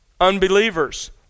unbelievers